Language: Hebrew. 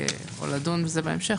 או לדון בזה בהמשך,